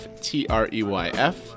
T-R-E-Y-F